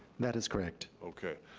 that is correct. okay,